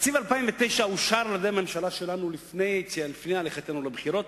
תקציב 2009 אושר על-ידי הממשלה שלנו לפני לכתנו לבחירות,